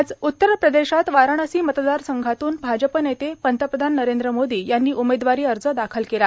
आज उत्तर प्रदेशात वाराणसी मतदारसंघातून भाजप नेते पंतप्रधान नरेंद्र मोदी यांनी उमेदवारी अर्ज दाखल केला